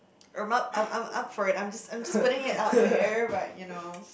I'm up I'm I'm up for it I'm just I'm just putting it out there but you know